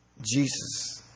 Jesus